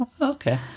okay